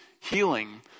healing